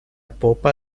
popa